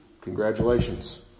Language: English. congratulations